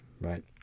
Right